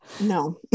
No